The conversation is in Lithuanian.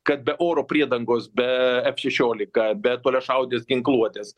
kad be oro priedangos be f šešiolika be toliašaudės ginkluotės